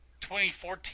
2014